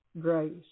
grace